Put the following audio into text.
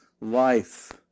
life